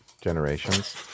Generations